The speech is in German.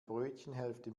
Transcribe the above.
brötchenhälfte